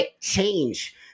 change